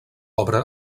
obra